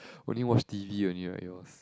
only watch t_v only like he was